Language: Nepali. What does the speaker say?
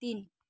तिन